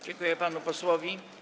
Dziękuję panu posłowi.